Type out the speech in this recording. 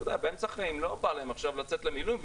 באמצע החיים, לא בא להם עכשיו לצאת למילואים,